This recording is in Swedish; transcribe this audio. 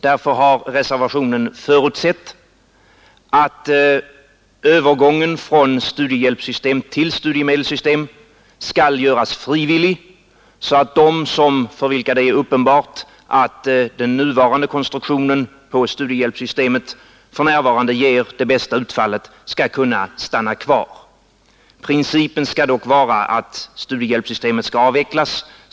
Därför har i reservationen förutsatts att övergången från studiehjälpssystem till studiemedelssystem skall göras frivillig. De som enligt den nuvarande konstruktionen av studiehjälpssystemet för närvarande får det bästa utfallet genom detta skall således kunna stanna kvar i det systemet. Principen skall dock vara att studiehjälpssystemet skall avvecklas.